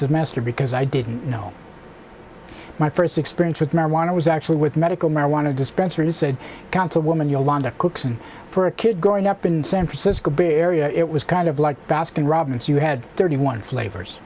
semester because i didn't know my first experience with marijuana was actually with medical marijuana dispensary he said councilwoman yolanda cooks and for a kid growing up in san francisco bay area it was kind of like baskin robins you had thirty one flavors